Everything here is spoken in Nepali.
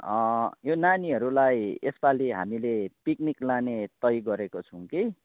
यो नानीहरूलाई यसपालि हामीले पिकनिक लाने तय गरेको छौँ कि